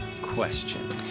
question